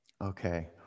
Okay